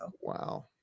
Wow